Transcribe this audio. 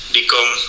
become